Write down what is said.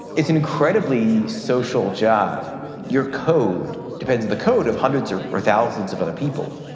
it's an incredibly social job your code depends on the code of hundreds or or thousands of other people.